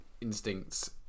instincts